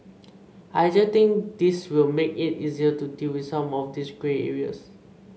I actually think this will make it easier to deal with some of these grey areas